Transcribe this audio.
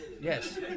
Yes